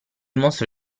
mostro